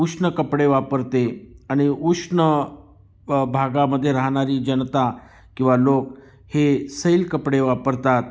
उष्ण कपडे वापरते आणि उष्ण भागामध्ये राहणारी जनता किंवा लोक हे सैल कपडे वापरतात